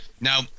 Now